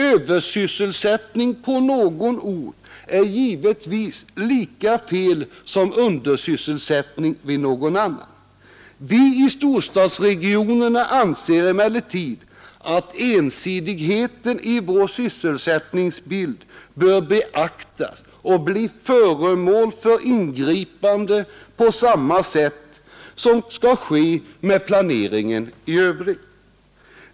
Översysselsättning på någon ort är givetvis lika fel som undersysselsättning på någon annan. Vi i storstads emellertid att ensidigheten i vår sysselsättningsbild bör beaktas och bli föremål för ingripande på samma sätt som skall ske med planeringen i Övrigt.